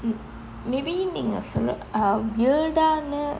um maybe நீங்க சொன்ன:neenga sonna weird ஆன:aana